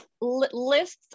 lists